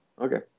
Okay